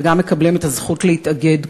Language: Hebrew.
וגם מקבלים את הזכות להתאגד,